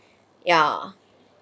ya